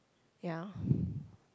ya